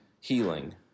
healing